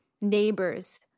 neighbors